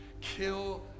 kill